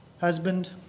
husband